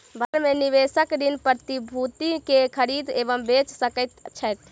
बजार में निवेशक ऋण प्रतिभूति के खरीद एवं बेच सकैत छथि